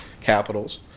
capitals